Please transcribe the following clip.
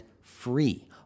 free